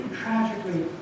tragically